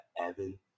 Evan